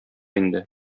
инде